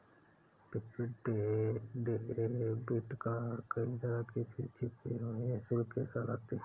prepaid debit card कई तरह के छिपे हुए शुल्क के साथ आते हैं